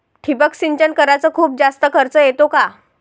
ठिबक सिंचन कराच खूप जास्त खर्च येतो का?